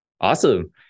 awesome